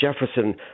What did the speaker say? Jefferson